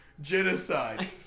genocide